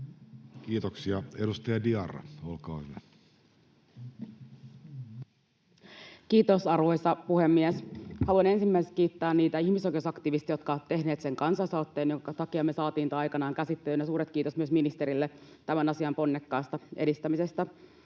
laeiksi Time: 17:17 Content: Kiitos, arvoisa puhemies! Haluan ensimmäiseksi kiittää niitä ihmisoikeusaktivisteja, jotka ovat tehneet sen kansalaisaloitteen, jonka takia me saatiin tämä aikanaan käsittelyyn, ja suuret kiitokset myös ministerille tämän asian ponnekkaasta edistämisestä.